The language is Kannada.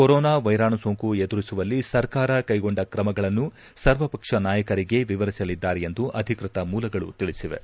ಕೊರೋನಾ ವೈರಾಣು ಸೋಂಕು ಎದುರಿಸುವಲ್ಲಿ ಸರ್ಕಾರ ಕೈಗೊಂಡ ತ್ರಮಗಳನ್ನು ಸರ್ವಪಕ್ಷ ನಾಯಕರಿಗೆ ವಿವರಿಸಲಿದ್ದಾರೆ ಎಂದು ಅಧಿಕೃತ ಮೂಲಗಳು ತಿಳಿಸಿವೆ